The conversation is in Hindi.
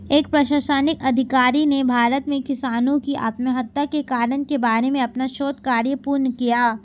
एक प्रशासनिक अधिकारी ने भारत में किसानों की आत्महत्या के कारण के बारे में अपना शोध कार्य पूर्ण किया